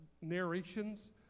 narrations